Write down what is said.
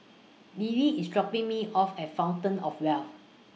Lily IS dropping Me off At Fountain of Wealth